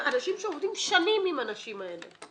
אנשים שעובדים שנים עם הנשים האלה.